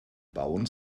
bauen